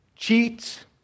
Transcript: cheats